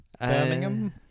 Birmingham